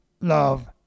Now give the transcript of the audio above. love